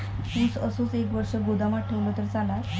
ऊस असोच एक वर्ष गोदामात ठेवलंय तर चालात?